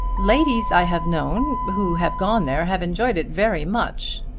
ladies i have known who have gone there have enjoyed it very much.